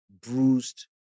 bruised